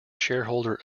shareholder